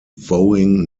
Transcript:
vowing